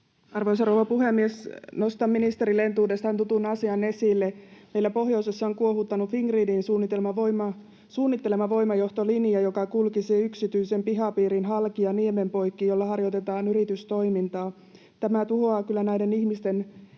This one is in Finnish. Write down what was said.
Arvoisa rouva puhemies! Nostan ministerille entuudestaan tutun asian esille. Meillä pohjoisessa on kuohuttanut Fingridin suunnittelema voimajohtolinja, joka kulkisi yksityisen pihapiirin halki ja niemen poikki, jolla harjoitetaan yritystoimintaa. Tämä kyllä tuhoaa näiden ihmisten